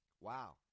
Wow